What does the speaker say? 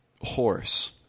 horse